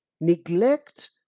Neglect